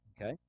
Okay